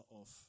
off